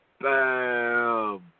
Bam